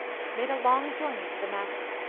made a long journey to the master.